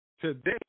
Today